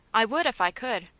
i would if i could,